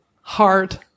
Hard